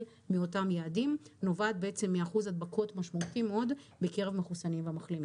מאותם יעדים נובעת מאחוז הדבקות משמעותי מאוד בקרב מחוסנים ומחלימים.